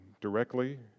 directly